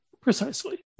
Precisely